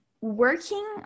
working